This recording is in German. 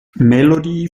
melodie